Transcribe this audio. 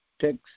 text